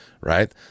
right